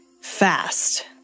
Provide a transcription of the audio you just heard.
fast